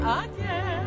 again